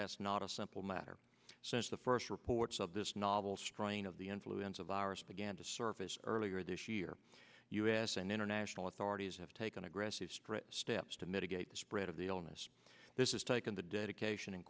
that's not a simple matter since the first reports of this novel strain of the influenza virus began to surface earlier this year u s and international authorities have taken aggressive steps to mitigate the spread of the illness this is taken the dedication and